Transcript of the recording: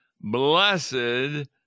Blessed